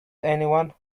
anyone